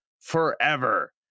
forever